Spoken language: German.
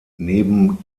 neben